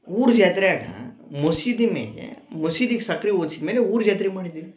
ಊರು ಜಾತ್ರ್ಯಾಗ ಮಸೀದಿ ಮೇಲೆ ಮಸೀದಿಗೆ ಸಕ್ಕರೆ ಉದ್ಸಿದ್ಮೇಲೆ ಊರು ಜಾತ್ರೆ ಮಾಡಿದ್ವಿ